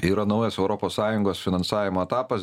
yra naujas europos sąjungos finansavimo etapas